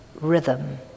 rhythm